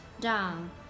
down